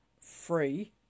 free